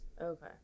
Okay